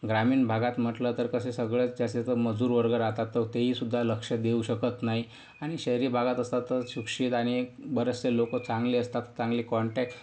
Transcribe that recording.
ग्रामीण भागात म्हटलं तर कसे सगळे तसे तर मजूरवर्ग राहतात तर तेही सुद्धा लक्ष देऊ शकत नाही आणि शहरी भागात असतात तर सुशिक्षित आणि बरेचसे लोक चांगले असतात चांगले कॉन्टॅक्ट